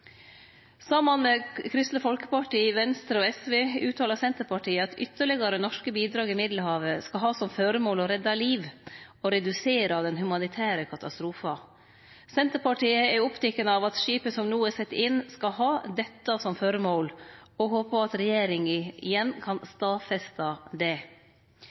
Saman med Kristeleg Folkeparti, Venstre og SV uttalar Senterpartiet at eit ytterlegare norsk bidrag i Middelhavet «skal ha som føremål å redde liv og redusere den humanitære katastrofen». Senterpartiet er oppteke av at skipet som no er sett inn, skal ha dette som føremål, og håpar at regjeringa igjen kan stadfeste det.